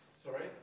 Sorry